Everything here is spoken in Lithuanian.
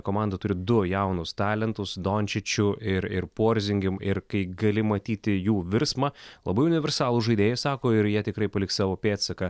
komanda turi du jaunus talentus dončičių ir ir porzingį ir kai gali matyti jų virsmą labai universalūs žaidėjai sako ir jie tikrai paliks savo pėdsaką